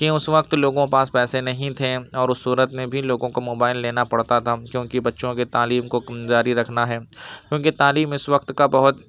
کہ اس وقت لوگوں کے پاس پیسے نہیں تھے اور اس صورت میں بھی لوگوں کو موبائل لینا پڑتا تھا کیوں کہ بچوں کی تعلیم کو جاری رکھنا ہے کیوں کہ تعلیم اس وقت کا بہت